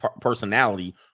personality